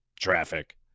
traffic